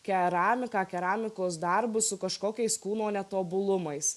keramiką keramikos darbus su kažkokiais kūno netobulumais